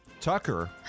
Tucker